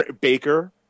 Baker